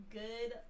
good